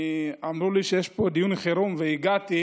אמרו לי שיש פה דיון חירום והגעתי.